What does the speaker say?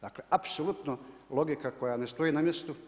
Dakle, apsolutno logika koja ne stoji na mjestu.